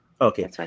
Okay